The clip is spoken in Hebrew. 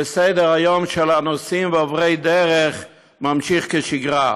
וסדר-היום של הנוסעים ועוברי הדרך ממשיך כשגרה.